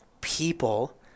people